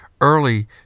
early